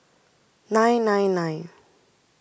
nine nine nine